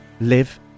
live